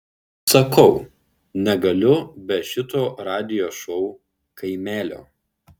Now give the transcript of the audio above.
sakau negaliu be šito radijo šou kaimelio